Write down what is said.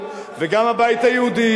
אני קורא אותך לסדר פעם ראשונה, חבר הכנסת חרמש.